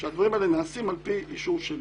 הדברים האלה נעשים על פי אישור שלי.